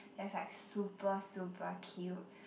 that's like super super cute